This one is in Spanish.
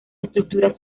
estructuras